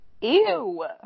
Ew